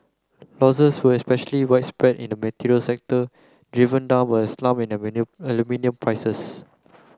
losses were especially widespread in the materials sector driven down by a slump in aluminium prices